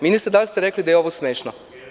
Ministre, da li ste rekli da je ovo smešno?